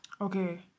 okay